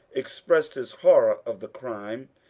expressed his horror of the crime,